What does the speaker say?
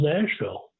Nashville